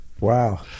wow